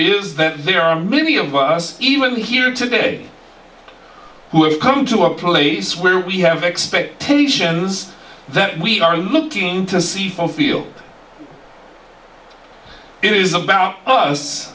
is that there are many of us even here today who have come to a place where we have expectations that we are looking to see for feel it is about us